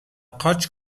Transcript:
قاچ